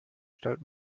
stellt